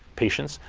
patients,